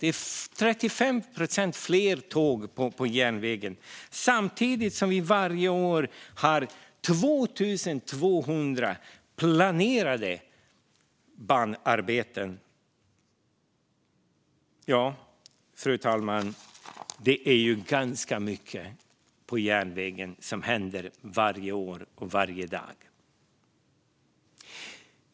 Det är 35 procent fler tåg på järnvägen i dag, samtidigt som vi varje år har 2 200 planerade banarbeten. Fru talman! Det är ganska mycket som händer på järnvägen varje år, varje dag.